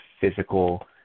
physical